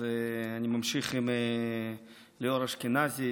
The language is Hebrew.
אני ממשיך עם ליאור אשכנזי,